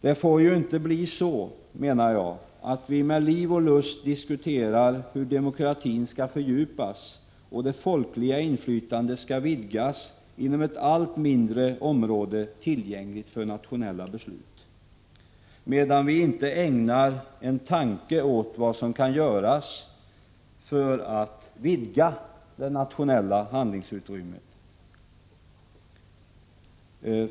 Det får inte bli så att vi med liv och lust diskuterar hur demokratin skall fördjupas och det folkliga inflytandet vidgas inom ett allt mindre område tillgängligt för nationella beslut, medan vi inte ägnar en tanke åt vad som kan göras för att vidga det nationella handlingsutrymmet.